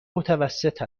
متوسط